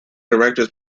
directors